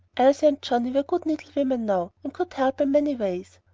elsie and johnnie were good needle-women now, and could help in many ways.